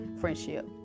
friendship